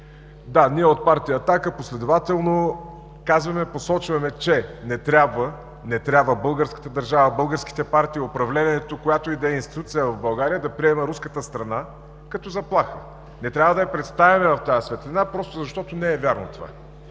Да, ние от Партия „Атака“ последователно посочваме и казваме, че не трябва българската държава, българските партии, управлението, която и да е институция в България да приема руската страна като заплаха. Не трябва да я представяме в тази светлина просто защото това не е вярно!